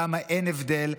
למה אין הבדל,